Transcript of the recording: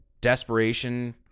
desperation